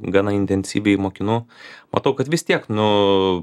gana intensyviai mokinu matau kad vis tiek nu